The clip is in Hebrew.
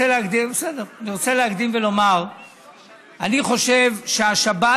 אני חושב שהשבת